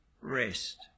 rest